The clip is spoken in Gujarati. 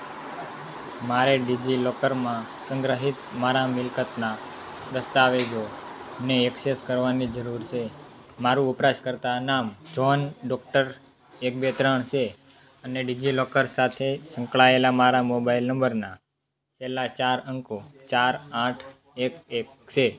મારે ડિજિલોકરમાં સંગ્રહિત મારા મિલ્કતનાં દસ્તાવેજોને એક્સેસ કરવાની જરૂર છે મારું વપરાશકર્તા નામ જ્હોન ડોક્ટર એક બે ત્રણ છે અને ડિજિલોકર સાથે સંકળાયેલા મારા મોબાઇલ નંબરના છેલ્લા ચાર અંકો ચાર આઠ એક એક છે